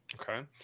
Okay